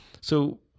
So-